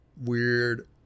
weird